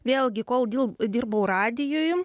vėlgi kol dirbau radijuj